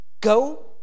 go